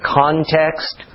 context